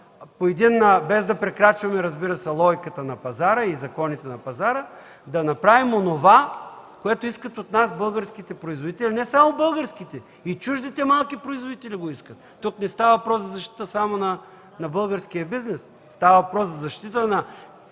без да прекрачваме, разбира се, логиката и законите на пазара, да направим онова, което искат от нас българските производители. Не само българските, а и чуждите малки производители го искат – тук не става въпрос за защита само на българския бизнес, става въпрос за защита на